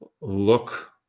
look